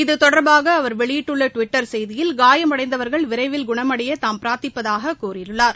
இது தொடர்பாக அவர் வெளியிட்டள்ள டுவிட்டர் செய்தியில் காயமடைந்தவர்கள் விரைவில் குணமடைய தாம் பிரார்த்திப்பதாகக் கூறியுள்ளார்